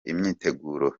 imyiteguro